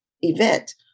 event